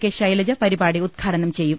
K Shailaja പരിപാടി ഉദ്ഘാടനം ചെയ്യും